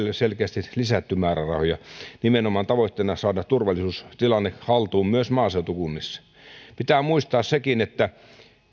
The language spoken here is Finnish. selkeästi lisätty määrärahoja nimenomaan tavoitteena on saada turvallisuustilanne haltuun myös maaseutukunnissa pitää muistaa sekin että